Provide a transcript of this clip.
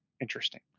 interesting